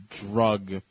drug